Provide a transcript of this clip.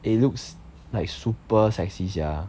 it looks like super sexy sia